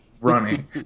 running